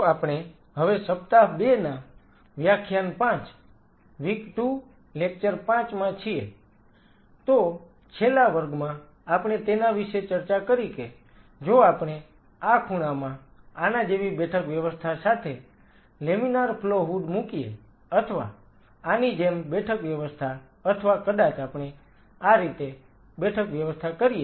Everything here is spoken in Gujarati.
તો આપણે હવે સપ્તાહ 2 ના વ્યાખ્યાન 5 W2 L5 માં છીએ તો છેલ્લા વર્ગમાં આપણે તેના વિશે ચર્ચા કરી કે જો આપણે આ ખૂણામાં આના જેવી બેઠક વ્યવસ્થા સાથે લેમિનાર ફ્લો હૂડ મૂકીએ અથવા આની જેમ બેઠક વ્યવસ્થા અથવા કદાચ આપણે આ રીતે બેઠક વ્યવસ્થા કરીએ